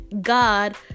God